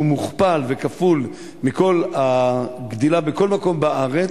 שהוא מוכפל וכפול מהגדילה בכל מקום בארץ,